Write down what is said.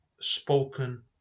spoken